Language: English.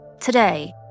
Today